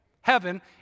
Heaven